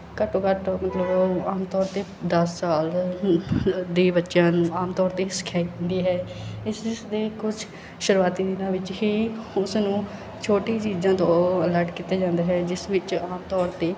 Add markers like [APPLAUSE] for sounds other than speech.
ਘੱਟੋ ਘੱਟ ਮਤਲਬ ਆਮ ਤੌਰ 'ਤੇ ਦਸ ਸਾਲ [UNINTELLIGIBLE] ਦੇ ਬੱਚਿਆਂ ਨੂੰ ਆਮ ਤੌਰ 'ਤੇ ਸਿਖਾਈ ਹੁੰਦੀ ਹੈ ਇਸਦੇ ਦੇ ਕੁਝ ਸੁਰੂਆਤੀ ਦਿਨਾਂ ਵਿਚ ਹੀ ਉਸ ਨੂੰ ਛੋਟੀ ਚੀਜ਼ਾਂ ਤੋਂ ਅਲਰਟ ਕੀਤਾ ਜਾਂਦਾ ਹੈ ਜਿਸ ਵਿੱਚ ਆਮ ਤੌਰ 'ਤੇ